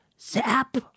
zap